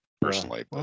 personally